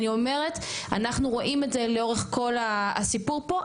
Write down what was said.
אני אומרת אנחנו רואים את זה לאורך כל הסיפור פה,